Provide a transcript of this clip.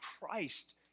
Christ